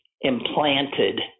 implanted